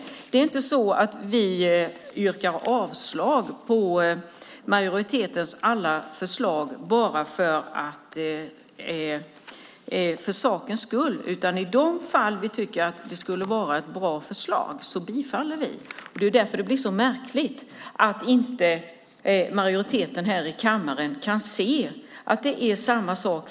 Vi yrkar inte avslag på alla majoritetens förslag bara för sakens skull, utan där vi tycker att det är ett bra förslag bifaller vi det. Det är därför det blir så märkligt att majoriteten här i kammaren inte kan se att vi säger samma sak.